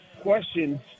questions